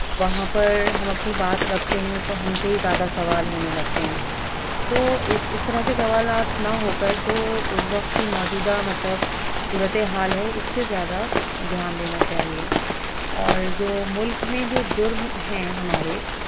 وہاں پر ہم اپنی بات رکھتے ہیں تو ہم سے ہی زیادہ سوال ہونے لگتے ہیں تو اس طرح کے سوالات نہ ہو کر جو اس وقت کی موجودہ مطلب صورت حال ہے اس پہ زیادہ دھیان دینا چاہیے اور جو ملک میں جو جرم ہیں ہمارے